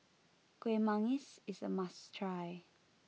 Kuih Manggis is a must try